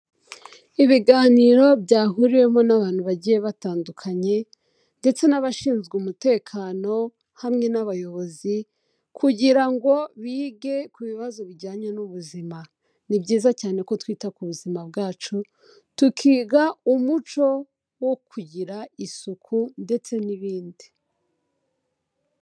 Ibiganiro byahuriwemo n'abantu bagiye batandukanye, ndetse n'abashinzwe umutekano hamwe n'abayobozi, kugira ngo bige ku bibazo bijyanye n'ubuzima. Ni byiza cyane ko twita ku buzima bwacu, tukiga umuco wo kugira isuku ndetse n'ibindi.